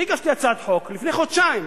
אני הגשתי הצעת חוק לפני חודשיים,